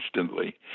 instantly